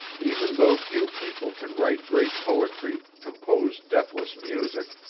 even though few people can write great poetry, compose deathless music,